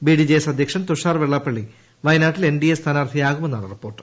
B D J S അധ്യക്ഷൻ തുഷാർ വെള്ളാപ്പള്ളി വയനാട്ടിൽ N D A സ്ഥാനാർത്ഥിയാകുമെന്നാണ് റിപ്പോർട്ട്